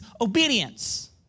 obedience